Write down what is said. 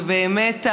ובאמת,